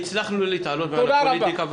הצלחנו להתעלות על הפוליטיקה,